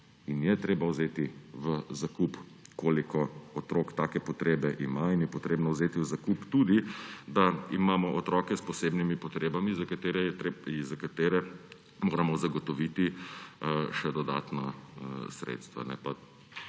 in je treba vzeti v zakup, koliko otrok take potrebe ima, in je potrebno vzeti v zakup tudi, da imamo otroke s posebnimi potrebami, za katere moramo zagotoviti še dodatna sredstva.